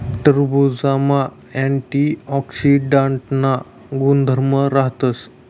टरबुजमा अँटीऑक्सीडांटना गुणधर्म राहतस